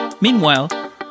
Meanwhile